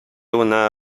una